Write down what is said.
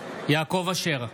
יעקב אשר,